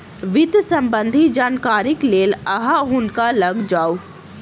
वित्त सम्बन्धी जानकारीक लेल अहाँ हुनका लग जाऊ